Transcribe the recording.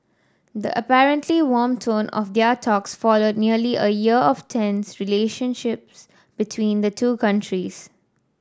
the apparently warm tone of their talks followed nearly a year of tense relationships between the two countries